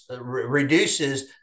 reduces